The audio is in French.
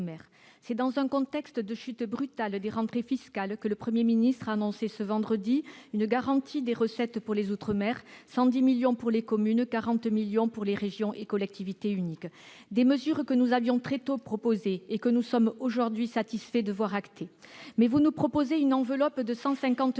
C'est dans un contexte de chute brutale des rentrées fiscales que le Premier ministre a annoncé ce vendredi une garantie des recettes pour les outre-mer : 110 millions d'euros pour les communes ; 40 millions d'euros pour les régions et collectivités uniques. Ce sont des mesures que nous avions très tôt proposées et que nous sommes aujourd'hui satisfaits de voir actées. Toutefois, vous nous proposez une enveloppe de 150